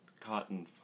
cotton